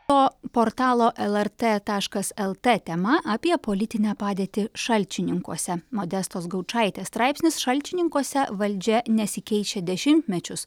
o portalo lrt taškas lt tema apie politinę padėtį šalčininkuose modestos gaučaitės straipsnis šalčininkuose valdžia nesikeičia dešimtmečius